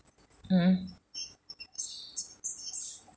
mm mm